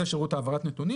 זה ההסבר לשירות העברת נתונים.